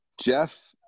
Jeff